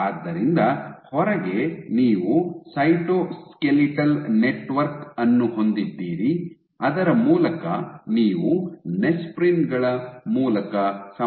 ಆದ್ದರಿಂದ ಹೊರಗೆ ನೀವು ಸೈಟೋಸ್ಕೆಲಿಟಲ್ ನೆಟ್ವರ್ಕ್ ಅನ್ನು ಹೊಂದಿದ್ದೀರಿ ಅದರ ಮೂಲಕ ನೀವು ನೆಸ್ಪ್ರಿನ್ ಗಳ ಮೂಲಕ ಸಂಪರ್ಕವನ್ನು ಹೊಂದಿರುತ್ತೀರಿ